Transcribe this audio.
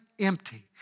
empty